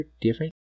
different